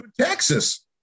Texas